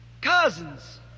Cousins